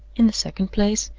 in the second place,